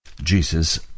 Jesus